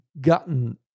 gotten